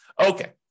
Okay